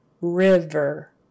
river